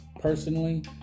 personally